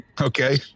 Okay